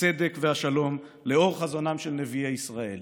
הצדק והשלום לאור חזונם של נביאי ישראל".